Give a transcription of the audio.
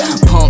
Pump